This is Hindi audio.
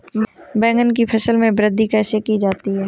बैंगन की फसल में वृद्धि कैसे की जाती है?